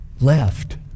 left